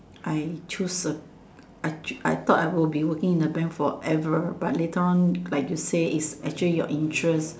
I choose a I ch~ I thought I will be working in a bank forever but later on like you say it's actually your interest